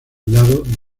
lado